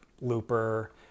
Looper